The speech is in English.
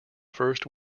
first